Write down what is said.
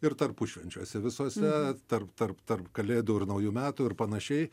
ir tarpušvenčiuose visuose tarp tarp tarp kalėdų ir naujų metų ir panašiai